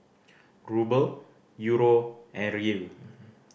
Ruble Euro and Riel